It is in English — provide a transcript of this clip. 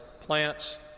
plants